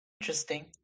Interesting